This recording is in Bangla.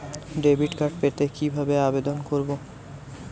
ডেবিট কার্ড পেতে কি ভাবে আবেদন করব?